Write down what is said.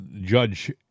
Judge